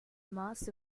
mass